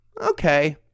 okay